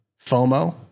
FOMO